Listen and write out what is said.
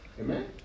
Amen